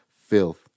filth